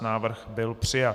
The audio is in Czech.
Návrh byl přijat.